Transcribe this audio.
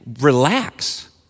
relax